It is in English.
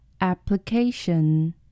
application